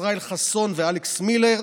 ישראל חסון ואלכס מילר.